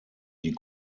die